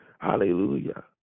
Hallelujah